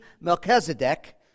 Melchizedek